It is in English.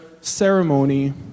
ceremony